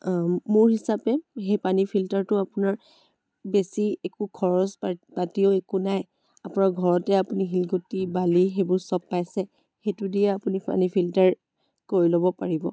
মোৰ হিচাপে সেই পানী ফিল্টাৰটো আপোনাৰ বেছি একো খৰচ পাতিও একো নাই আপোনাৰ ঘৰতে আপুনি শিলগুটি বালি সেইবোৰ সব পাইছে সেইটোদিয়ে আপুনি পানী ফিল্টাৰ কৰি ল'ব পাৰিব